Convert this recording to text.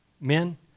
men